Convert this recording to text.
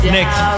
Next